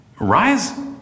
rise